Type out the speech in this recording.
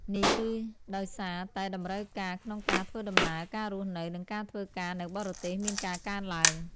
នេះគឺដោយសារតែតម្រូវការក្នុងការធ្វើដំណើរ ការរស់នៅ និងការធ្វើការនៅបរទេសមានការកើនឡើង។